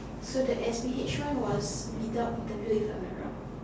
so the S_P_H one was without interview if I'm not wrong